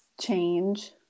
change